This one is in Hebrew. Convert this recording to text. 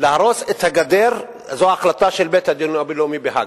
להרוס את הגדר זו החלטה של בית-הדין הבין-לאומי בהאג.